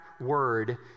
word